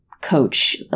coach